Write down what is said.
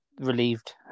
relieved